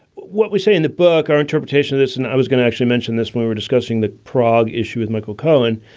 what we say in the book, our interpretation of this and i was going to actually mention this, we were discussing the praag issue with michael cohen.